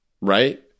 Right